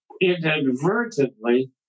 inadvertently